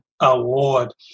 Award